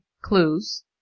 clues